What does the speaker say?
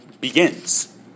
begins